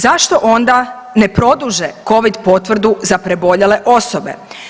Zašto onda ne produže Covid potvrdu za preboljele osobe?